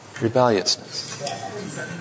Rebelliousness